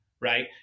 right